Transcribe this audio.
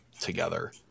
together